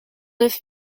neuf